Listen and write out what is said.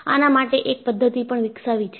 આના માટે એક પદ્ધતિ પણ વિકસાવી છે